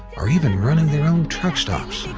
or even running their own truck stops.